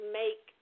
make